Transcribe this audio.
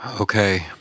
Okay